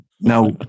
Now